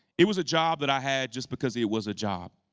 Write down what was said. it was a job that i had just because it was a job.